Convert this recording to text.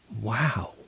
wow